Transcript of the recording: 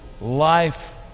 life